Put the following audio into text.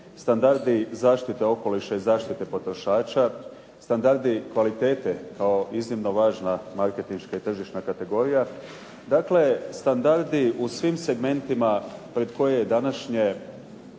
standardi zaštite okoliša i zaštite potrošača, standardi kvalitete kao iznimno važna marketinška i tržišna kategorija. Dakle, standardi u svim segmentima pred koje je današnje